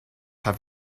have